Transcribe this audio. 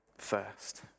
first